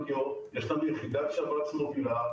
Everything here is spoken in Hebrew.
יש לנו יחידת שבץ מובילה,